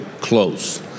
close